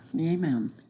Amen